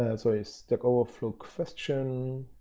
and sorry. stackoverflow question.